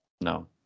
No